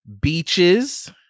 Beaches